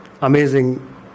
amazing